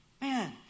Man